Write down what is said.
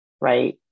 right